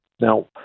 Now